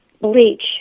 bleach